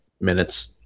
minutes